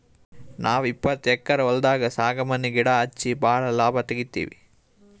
ನಾವ್ ಇಪ್ಪತ್ತು ಎಕ್ಕರ್ ಹೊಲ್ದಾಗ್ ಸಾಗವಾನಿ ಗಿಡಾ ಹಚ್ಚಿ ಭಾಳ್ ಲಾಭ ತೆಗಿತೀವಿ